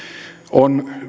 on